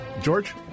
George